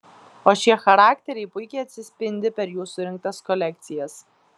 o šie charakteriai puikiai atsispindi per jų surinktas kolekcijas